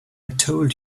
told